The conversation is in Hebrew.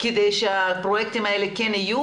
כדי שהפרויקטים האלה יהיו,